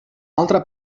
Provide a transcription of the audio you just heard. altra